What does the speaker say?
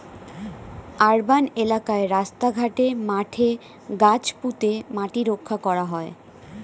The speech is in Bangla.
আর্বান এলাকায় রাস্তা ঘাটে, মাঠে গাছ পুঁতে মাটি রক্ষা করা হয়